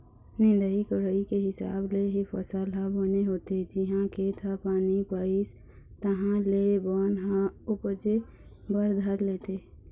निंदई कोड़ई के हिसाब ले ही फसल ह बने होथे, जिहाँ खेत ह पानी पइस तहाँ ले बन ह उपजे बर धर लेथे